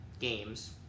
games